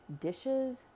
dishes